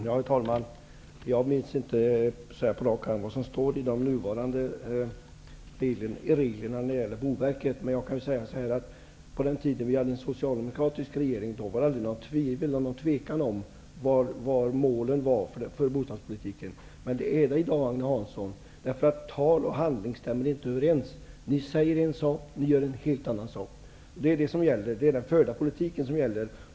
Herr talman! Jag minns inte på rak arm vad som står i de nuvarande reglerna när det gäller Boverket. Men jag kan säga att det på den tiden som vi hade en socialdemokratisk regering aldrig rådde några tvivel om bostadspolitikens mål. Men det är det i dag, Agne Hansson. Tal och handling stämmer nämligen inte överens. Ni säger en sak, men ni gör en helt annan sak. Det är den förda politiken som gäller.